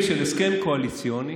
של הסכם קואליציוני,